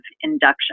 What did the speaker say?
induction